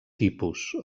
tipus